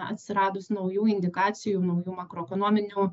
atsiradus naujų indikacijų naujų makroekonominių